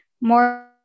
more